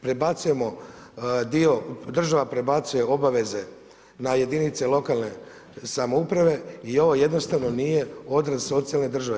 Prebacujemo dio, država prebacuje obaveze na jedinice lokalne samouprave i ovo jednostavno nije odraz socijalne države.